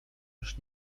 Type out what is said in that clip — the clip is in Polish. już